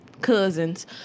cousins